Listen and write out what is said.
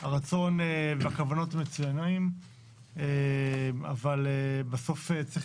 הרצון והכוונות מצוינים אבל בסוף צריך